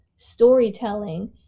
storytelling